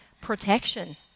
protection